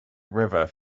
river